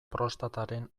prostataren